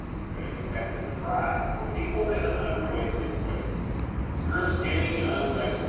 okay. you have to try. for people in an underweight situation youre a skinny, young male